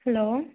hello